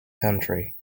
country